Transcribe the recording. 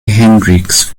hendrix